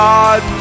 God